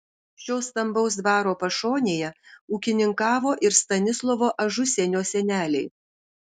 šio stambaus dvaro pašonėje ūkininkavo ir stanislovo ažusienio seneliai